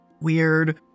weird